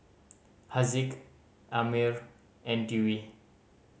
Haziq Ammir and Dewi